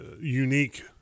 unique